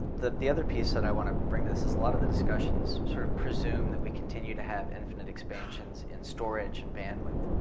the the other piece that i want to bring to this is a lot of the discussions sort of presume that we continue to have infinite expansions in storage and bandwidth.